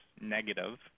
negative